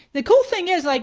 the cool thing is, like